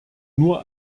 nur